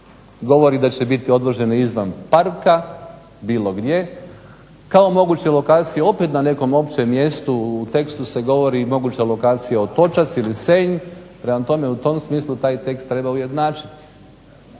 govori da će biti odvožene izvan parka, bilo gdje kao moguće lokacije opet na nekom općem mjestu. U tekstu se govori i moguća lokacija Otočac ili Senj. Prema tome, u tom smislu taj tekst treba ujednačiti.